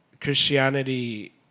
Christianity